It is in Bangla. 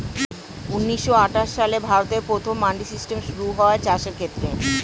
ঊন্নিশো আটাশ সালে ভারতে প্রথম মান্ডি সিস্টেম শুরু হয় চাষের ক্ষেত্রে